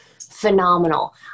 phenomenal